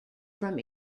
from